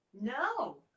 no